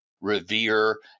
revere